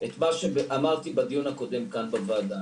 את מה שאמרתי בדיון הקודם כאן בוועדה.